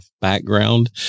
background